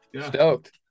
Stoked